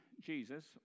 Jesus